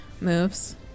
moves